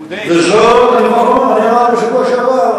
זה מה שאמרתי בשבוע שעבר.